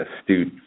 astute